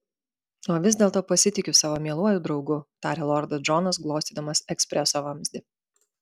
o vis dėlto pasitikiu savo mieluoju draugu tarė lordas džonas glostydamas ekspreso vamzdį